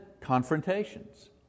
confrontations